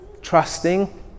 Trusting